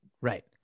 Right